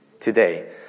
today